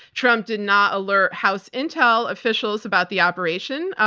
trump did not alert house intel officials about the operation,